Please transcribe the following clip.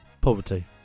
poverty